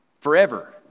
forever